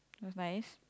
it was nice